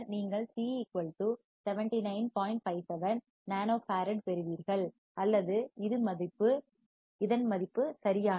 57 nano farad பெறுவீர்கள் அல்லது இதன் மதிப்பு சரியானது